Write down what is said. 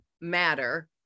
matter